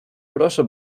proszę